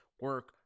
Work